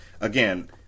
Again